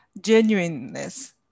genuineness